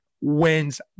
wins